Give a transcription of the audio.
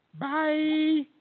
Bye